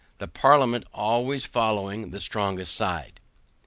the parliament always following the strongest side.